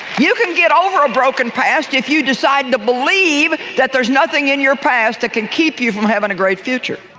you can get over a broken past if you decide to believe that there's nothing in your past that can keep you from having a great future.